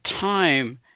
time